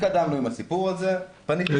התקדמנו עם הסיפור הזה, פניתי שוב למשרד הבריאות.